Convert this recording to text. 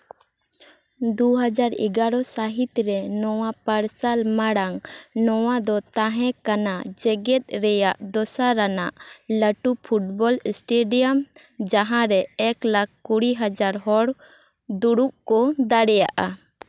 ᱫᱩᱦᱟᱡᱟᱨ ᱮᱜᱟᱨᱚ ᱥᱟᱹᱦᱤᱛ ᱨᱮ ᱱᱚᱣᱟ ᱯᱟᱨᱥᱟᱞ ᱢᱟᱲᱟᱝ ᱱᱚᱣᱟ ᱫᱚ ᱛᱟᱸᱦᱮ ᱠᱟᱱᱟ ᱡᱮᱜᱮᱫ ᱨᱮᱭᱟᱜ ᱫᱚᱥᱟᱨᱟᱱᱟᱜ ᱞᱟᱹᱴᱩ ᱯᱷᱩᱴᱵᱚᱞ ᱮᱥᱴᱮᱰᱤᱭᱟᱢ ᱡᱟᱸᱦᱟᱨᱮ ᱮᱠ ᱞᱟᱠᱷ ᱠᱩᱲᱤ ᱦᱟᱡᱟᱨ ᱦᱚᱲ ᱫᱩᱲᱩᱵ ᱠᱚ ᱫᱟᱲᱮᱭᱟᱜᱼᱟ